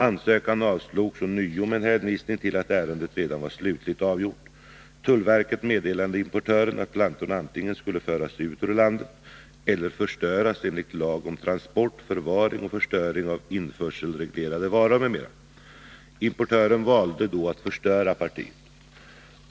Ansökan avslogs ånyo med hänvisning till att ärendet redan var slutligt avgjort. Tullverket meddelade importören att plantorna antingen skulle föras ut ur landet eller förstöras enligt lag om transport, förvaring och förstöring av införselreglerade varor m.m. Importören valde då att förstöra partiet.